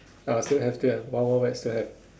uh still have still have wild Wild wet still have